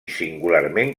singularment